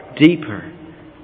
deeper